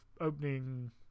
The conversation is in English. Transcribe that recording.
opening